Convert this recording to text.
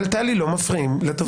טלי, לא מפריעים לדובר באמצע דבריו.